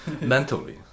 mentally